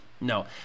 no